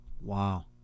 Wow